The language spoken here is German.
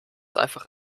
einfach